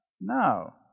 No